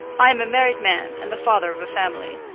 i am a married man, and the father of a family,